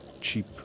cheap